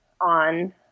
on